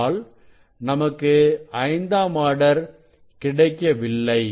ஆனால் நமக்கு ஐந்தாம் ஆர்டர் கிடைக்கவில்லை